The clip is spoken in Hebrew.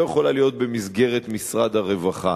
היא לא יכולה להיות במסגרת משרד הרווחה,